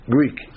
Greek